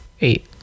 Eight